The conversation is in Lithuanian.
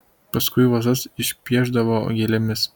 paskui vazas išpiešdavo gėlėmis